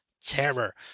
terror